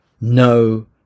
no